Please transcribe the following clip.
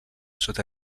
sota